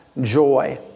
joy